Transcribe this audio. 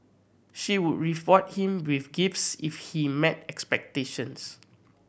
she would reform him with gifts if he met expectations